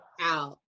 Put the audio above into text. out